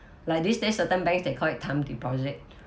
like this there's certain bank they call it timed deposit